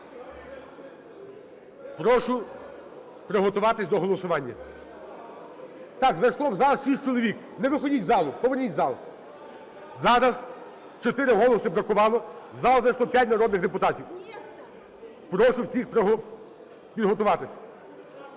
Прошу приготуватись до голосування. Так, зайшло в зал 6 чоловік. Не виходіть з залу, поверніться в зал. Зараз 4 голоси бракувало, в зал зайшло 5 народних депутатів. Прошу всіх приготуватись.